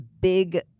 big